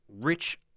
rich